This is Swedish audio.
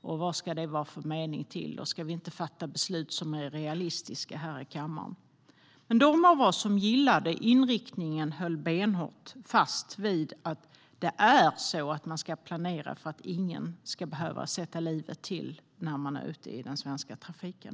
Vad ska det vara för mening? Ska man inte fatta realistiska beslut i kammaren? De av oss som gillade inriktningen höll benhårt fast vid att planera för att ingen ska behöva sätta livet till i den svenska trafiken.